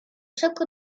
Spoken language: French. chaque